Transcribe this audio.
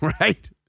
right